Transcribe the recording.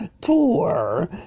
tour